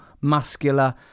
muscular